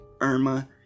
Irma